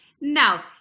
Now